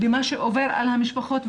ומה שעובר על המשפחות,